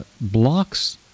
blocks